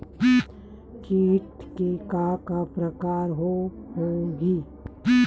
कीट के का का प्रकार हो होही?